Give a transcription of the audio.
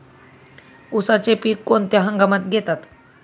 उसाचे पीक कोणत्या हंगामात घेतात?